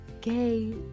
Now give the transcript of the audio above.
gay